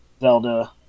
Zelda